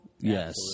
Yes